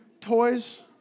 toys